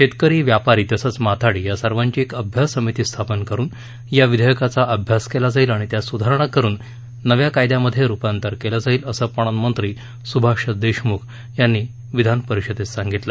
शेतकरी व्यापारी तसंच माथाडी या सर्वांची एक अभ्यास समिती स्थापन करुन या विधेयकाचा अभ्यास केला जाईल आणि त्यात सुधारणा करुन नव्या कायद्यामधे रुपांतर केलं जाईल असं पणन मंत्री सुभाष देशमुख यांनी विधान परिषदेत सांगितलं